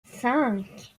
cinq